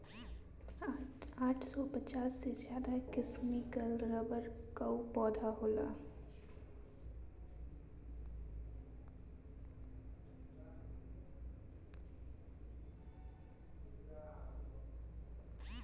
आठ सौ पचास से ज्यादा किसिम कअ रबड़ कअ पौधा होला